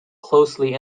closely